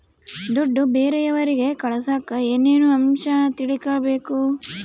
ದುಡ್ಡು ಬೇರೆಯವರಿಗೆ ಕಳಸಾಕ ಏನೇನು ಅಂಶ ತಿಳಕಬೇಕು?